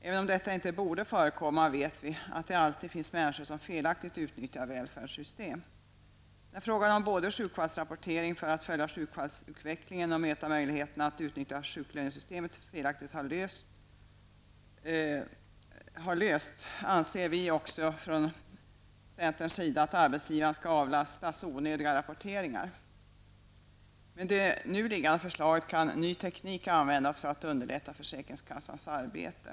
Även om detta inte borde förekomma vet vi att det alltid finns människor som felaktigt utnyttjar välfärdssystem. När frågan om sjukfallsrapportering för att följa sjukfallsutvecklingen och möta möjligheten att utnyttja sjuklönesystemet felaktigt har lösts, anser vi från centerns sida att arbetsgivaren skall avlastas onödiga rapporteringar. Med det nu liggande förslaget kan ny teknik användas för att underlätta försäkringskassans arbete.